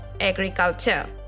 agriculture